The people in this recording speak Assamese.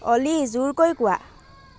অলি জোৰকৈ কোৱা